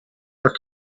our